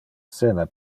cena